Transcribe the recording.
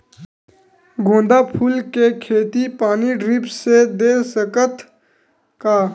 गेंदा फूल के खेती पानी ड्रिप से दे सकथ का?